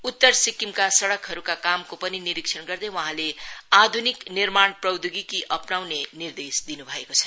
उत्तर सिक्किमका सड़कहरूका कामको पनि निरीक्षण गर्दै वहाँले आध्निक निर्माण प्रौधोगिकी अपनाउने निर्देश दिन् भएको छ